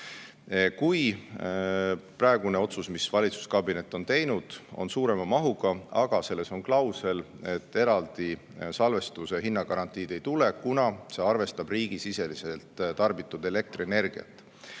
Praegune otsus, mis valitsuskabinet on teinud, on suurema mahuga, aga selles on klausel, et eraldi salvestuse hinnagarantiid ei tule, kuna see arvestab riigisiseselt tarbitud elektrienergiat.